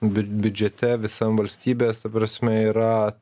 biu biudžete visam valstybės ta prasme yra